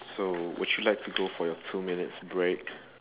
so would you like to go for your two minutes break